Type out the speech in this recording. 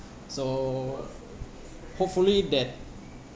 so hopefully that